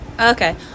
Okay